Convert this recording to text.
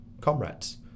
Comrades